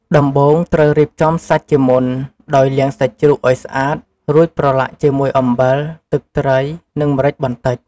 ដំបូងត្រូវរៀបចំសាច់ជាមុន ដោយលាងសាច់ជ្រូកឱ្យស្អាត រួចប្រឡាក់ជាមួយអំបិល ទឹកត្រី និងម្រេចបន្តិច។